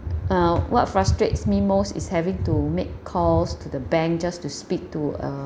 uh what frustrates me most is having to make calls to the bank just to speak to a